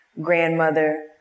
grandmother